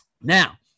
Now